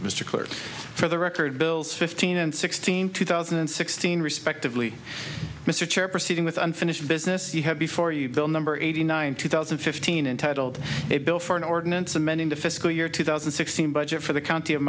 mr clerk for the record bills fifteen and sixteen two thousand and sixteen respectively mr chair proceeding with unfinished business you have before you bill number eighty nine two thousand and fifteen entitled a bill for an ordinance amending the fiscal year two thousand and sixteen budget for the county of